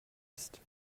ist